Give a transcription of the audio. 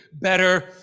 better